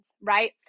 right